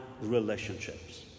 relationships